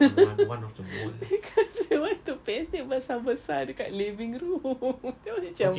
because you want to paste it besar besar dekat living room that [one] macam